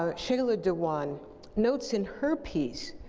ah shaila dewan, notes in her piece